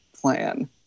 plan